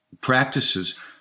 practices